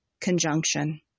conjunction